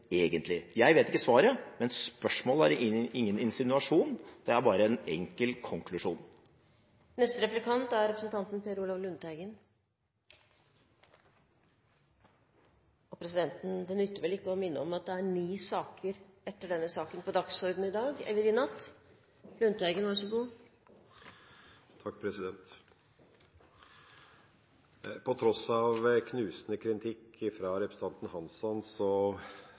egentlig? Jeg vet ikke svaret, men spørsmålet er ingen insinuasjon. Det er bare enkel konklusjon. Det nytter vel ikke å minne om at det er ni saker etter denne saken på dagsordenen i dag – eller i natt. På tross av knusende kritikk fra representanten Hansson